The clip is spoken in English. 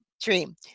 dream